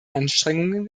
anstrengungen